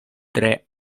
tre